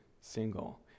single